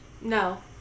No